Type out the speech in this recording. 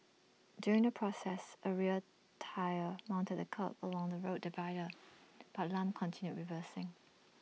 during the process A rear tyre mounted the kerb along the road divider but Lam continued reversing